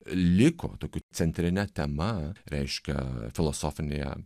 liko tokių centrine tema reiškia filosofinėje